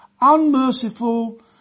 unmerciful